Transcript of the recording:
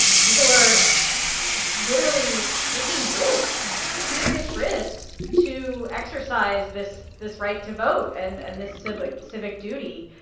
people are literally taking risks serious risks to exercise this this right to vote and and this civic civic duty.